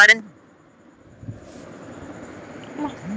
ভারতের মধ্যে বিচপ্রদেশ অঞ্চলে সব চেয়ে বেশি গম চাষ হয়